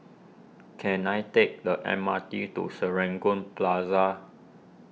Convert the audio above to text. can I take the M R T to Serangoon Plaza